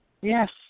Yes